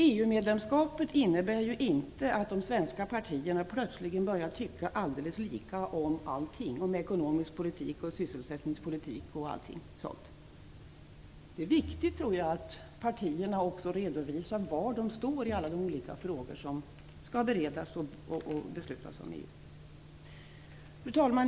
EU-medlemskapet innebär ju inte att de svenska partierna plötsligen börjar tycka alldeles lika om allting - om ekonomisk politik och sysselsättningspolitik t.ex. Jag tror att det är viktigt att partierna också redovisar var de står i alla de olika frågor som skall beredas och beslutas av EU. Fru talman!